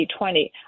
2020